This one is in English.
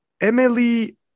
Emily